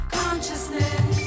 consciousness